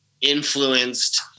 influenced